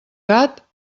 gat